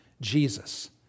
Jesus